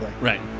Right